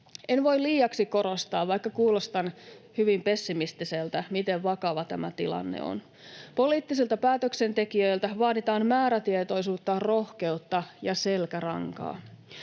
En voi liiaksi korostaa, vaikka kuulostan hyvin pessimistiseltä, miten vakava tilanne on. Poliittisilta päätöksentekijöiltä vaaditaan määrätietoisuutta, rohkeutta ja selkärankaa.